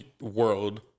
world